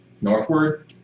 northward